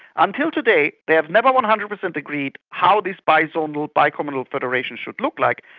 until today they have never one hundred percent agreed how this bi-zonal, bi-communal federation should look like,